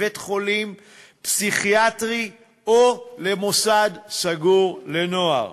בבית-חולים פסיכיאטרי או למוסד סגור לנוער,